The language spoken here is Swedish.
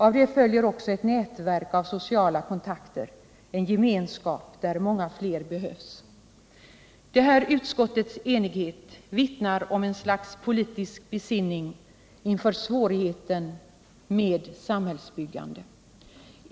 Av det följer också ett nätverk av sociala kontakter, en gemenskap där många fler behövs. Denna utskottets enighet vittnar om ett slags politisk besinning inför svårigheten med samhällsbyggande.